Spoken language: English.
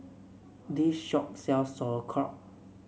this shop sells Sauerkraut